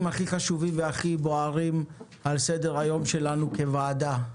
הכי חשובים והכי בוערים על סדר-היום שלנו כוועדה.